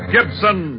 Gibson